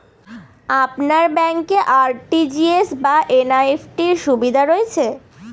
আপনার ব্যাংকে আর.টি.জি.এস বা এন.ই.এফ.টি র সুবিধা রয়েছে?